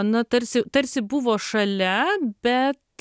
na tarsi tarsi buvo šalia bet